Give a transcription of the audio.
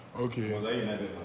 Okay